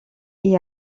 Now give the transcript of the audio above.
est